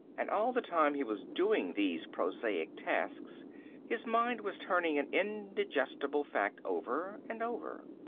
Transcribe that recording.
and all the time he was doing these prosaic tasks his mind was turning an indigestible fact over and over.